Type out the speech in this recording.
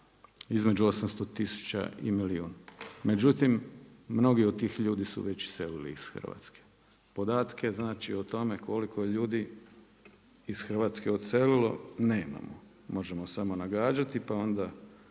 između 800 tisuća i milijun. Međutim, mnogi od tih ljudi su već iselili iz Hrvatske. Podatke o tome koliko ljudi iz Hrvatske je iselilo nemamo. Možemo samo nagađati pa onda